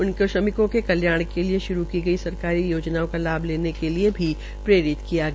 उनकों श्रमिकों के कल्याण के लिये शुरू की गई सरकारी योजनाओ का लाभ लेने के लिये प्रेरित किया गया